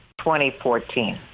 2014